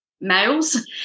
males